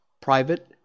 private